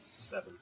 Seven